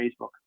Facebook